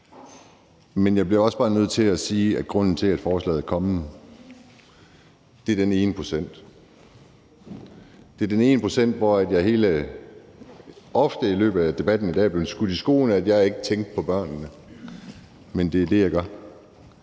Men jeg bliver også bare nødt til at sige, at grunden til, at forslaget er kommet, er den ene procent. Det er den ene procent, hvor jeg ofte i løbet af debatten i dag er blevet skudt i skoene, at jeg ikke tænkte på børnene, men det er det, jeg gør.